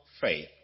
faith